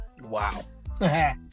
Wow